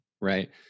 right